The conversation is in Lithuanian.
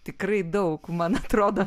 tikrai daug man atrodo